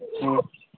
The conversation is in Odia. ହୁଁ